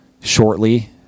shortly